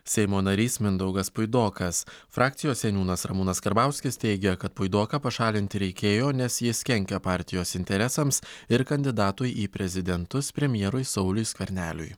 seimo narys mindaugas puidokas frakcijos seniūnas ramūnas karbauskis teigia kad puidoką pašalinti reikėjo nes jis kenkia partijos interesams ir kandidatui į prezidentus premjerui sauliui skverneliui